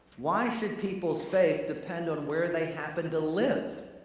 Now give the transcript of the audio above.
why should peoples' faith depend on where they happen to live?